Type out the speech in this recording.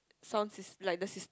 sound sys~ like the sys~